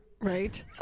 Right